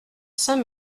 saint